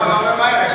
לא ממהר,